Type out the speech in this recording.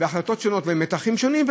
החלטות שונות ומתחים שונים.